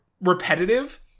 repetitive